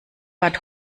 bad